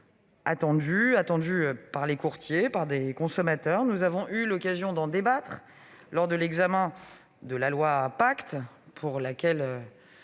attendue par les courtiers et par les consommateurs. Nous avions eu l'occasion d'en débattre lors de l'examen de la loi Pacte, texte pour lequel